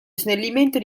snellimento